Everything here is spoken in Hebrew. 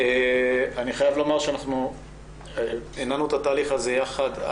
אני חייב לומר שאנחנו הנענו את התהליך הזה יחד,